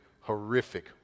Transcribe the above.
horrific